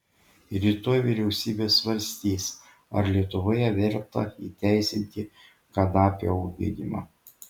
rytoj vyriausybė svarstys ar lietuvoje verta įteisinti kanapių auginimą